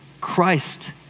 Christ